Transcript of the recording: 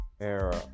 era